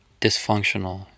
dysfunctional